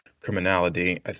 criminality